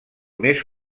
més